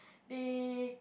they